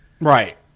Right